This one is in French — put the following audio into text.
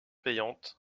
payante